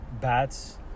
bats